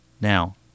Now